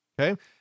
Okay